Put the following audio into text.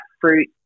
fruit